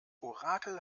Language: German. orakel